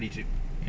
ya ya